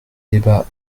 débats